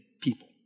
people